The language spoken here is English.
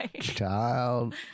Child